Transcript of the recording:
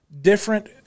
different